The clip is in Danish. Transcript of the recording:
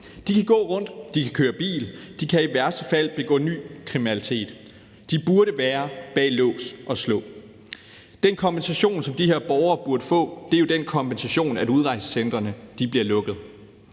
De kan gå rundt, de kan køre bil, de kan i værste fald begå ny kriminalitet. De burde være bag lås og slå. Den kompensation, som de her borgere burde få, er jo den kompensation, at udrejsecentrene bliver lukket.